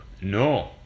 No